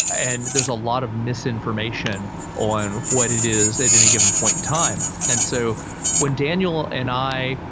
and there's a lot of misinformation on what it is at any given point in time. and so when daniel and i,